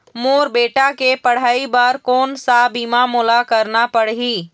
मोर बेटा के पढ़ई बर कोन सा बीमा मोला करना पढ़ही?